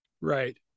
Right